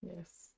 Yes